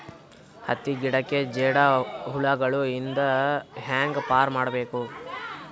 ಹತ್ತಿ ಗಿಡಕ್ಕೆ ಜೇಡ ಹುಳಗಳು ಇಂದ ಹ್ಯಾಂಗ್ ಪಾರ್ ಮಾಡಬೇಕು?